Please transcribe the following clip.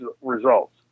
results